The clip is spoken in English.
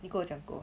你跟我讲过